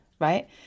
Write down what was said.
right